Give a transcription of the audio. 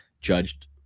judged